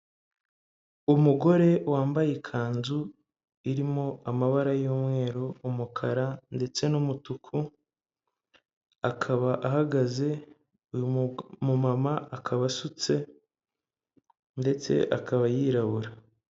Umugore wambaye ikanzu irimo amabara y'umweru, umukara ndetse n'umutuku, akaba ahagaze, uyu mumama akaba asutse ndetse akaba yirabura.